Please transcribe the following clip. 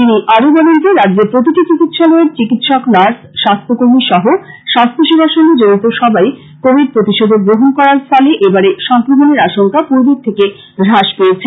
তিনি আরো বলেন যে রাজ্যে প্রতিটি চিকিৎসালয়ের চিকিৎসক নার্স স্বাস্থ্যকর্মী সহ স্বাস্থ্যসেবার সঙ্গে জড়িত সবাই কোবিড প্রতিষেধক গ্রহন করার ফলে এবারে সংক্রমণের আশংকা পূর্বের থেকে হ্রাস পেয়েছে